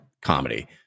comedy